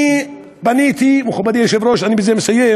אדוני היושב-ראש, בזה אני מסיים.